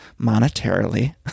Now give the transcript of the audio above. monetarily